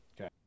Okay